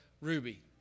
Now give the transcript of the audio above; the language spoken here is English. Ruby